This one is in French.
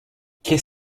qu’est